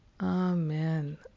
Amen